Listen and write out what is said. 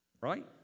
Right